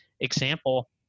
example